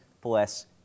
bless